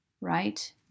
right